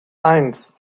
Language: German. eins